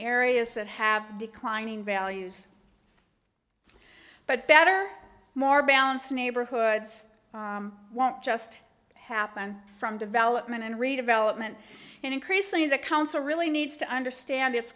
areas that have declining values but better more balanced neighborhoods won't just happen from development and redevelopment and increasing the council really needs to understand it